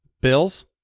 Bills